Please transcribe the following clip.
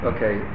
Okay